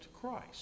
Christ